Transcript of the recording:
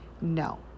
no